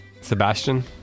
Sebastian